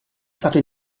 stato